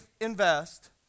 invest